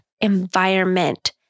environment